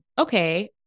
okay